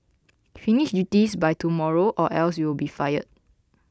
finished this by tomorrow or else you'll be fired